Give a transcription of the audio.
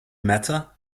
matter